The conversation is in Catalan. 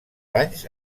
anys